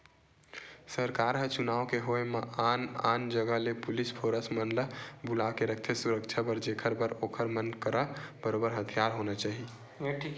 सरकार ह चुनाव के होय म आन आन जगा ले पुलिस फोरस मन ल बुलाके रखथे सुरक्छा बर जेखर बर ओखर मन करा बरोबर हथियार होना चाही